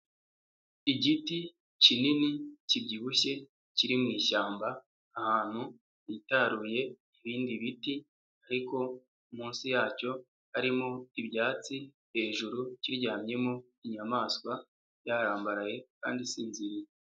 Igiti kinini kibyibushye kiri mwishyamba ahantu hitaruye ibindi biti, ariko munsi yacyo harimo ibyatsi, hejuru kiryamyemo inyamaswa yarambaraye kandi isinziriye.